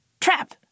trap